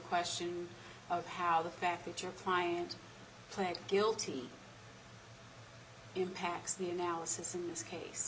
question of how the fact that your client pled guilty impacts the analysis in this case